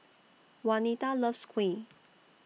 Wanita loves Kuih